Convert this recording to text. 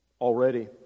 already